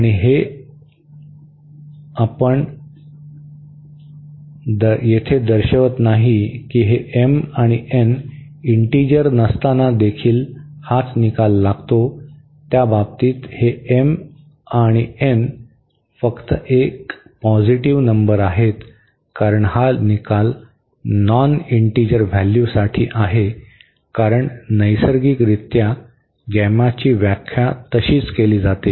आणि हे आपण येथे दर्शवित नाही की हे m आणि n इंटीजर नसताना देखील हाच निकाल रहातो त्या बाबतीत हे m आणि n फक्त एक पॉझिटिव्ह नंबर आहेत कारण हा निकाल नॉन इंटिजर व्हॅल्यू साठी आहे कारण नैसर्गिकरित्या गॅमाची व्याख्या तशीच केली जाते